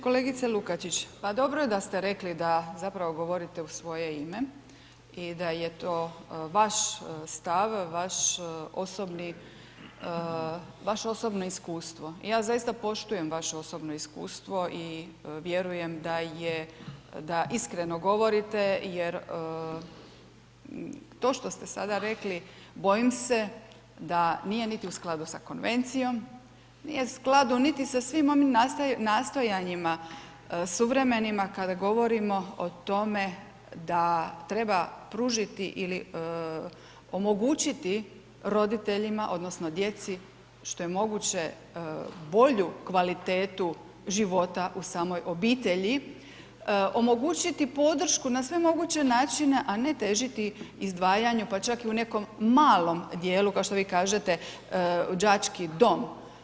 Kolegice Lukačić, ma dobro je da ste rekli da zapravo govorite u svoje ime i da je to vaš stav, vaš osobni vaše osobno iskustvo i ja zaista poštujem vaše osobno iskustvo i vjerujem da je da iskreno govorite jer to što ste sada rekli bojim se da nije niti u skladu sa konvencijom, nije u skladu niti sa svim onim nastojanjima suvremenima kada govorimo o tome da treba pružiti ili omogućiti roditeljima odnosno djeci što je moguće bolju kvalitetu života u samoj obitelji, omogućiti podršku na sve moguće načine, a ne težiti izdvajanju pa čak i u nekom malom dijelu, kao što vi kažete, đački dom.